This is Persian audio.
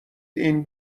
این